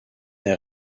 est